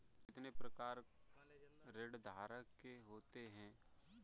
कितने प्रकार ऋणधारक के होते हैं?